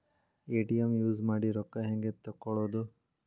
ATM use ಮಾಡಿ ರೊಕ್ಕ ಹೆಂಗೆ ತಕ್ಕೊಳೋದು?